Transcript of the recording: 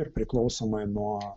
ir priklausomai nuo